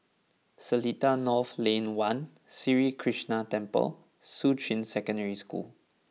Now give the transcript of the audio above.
Seletar North Lane One Sri Krishnan Temple Shuqun Secondary School